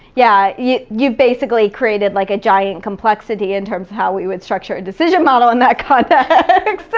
yeah yeah, you've basically created like a giant complexity in terms how we would structure a decision model in that context.